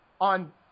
on